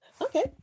Okay